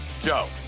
joe